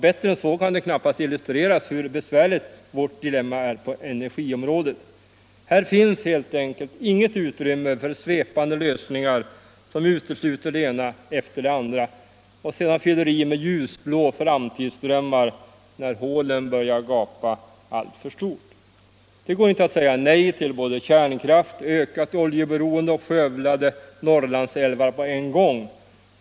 ”Bättre än så kan det knappast illustreras hur besvärligt vårt dilemma är på energiområdet. Här finns helt enkelt inget utrymme för svepande lösningar som utesluter det ena efter det andra och sedan fyller i med ljusblå framtidsdrömmar när hålen börjar gapa alltför stort. Det går inte att säga nej till både kärnkraft, ökat oljeberoende och skövlade Norrlandsälvar på en gång.